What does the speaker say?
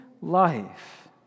life